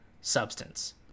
substance